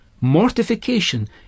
Mortification